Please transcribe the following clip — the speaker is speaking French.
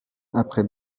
après